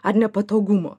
ar nepatogumo